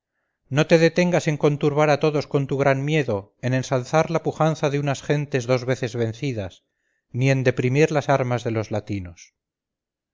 no te detengas en conturbar a todos con tu gran miedo en ensalzar la pujanza de unas gentes dos veces vencidas ni en deprimir las armas de los latinos